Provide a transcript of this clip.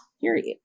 Period